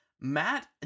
matt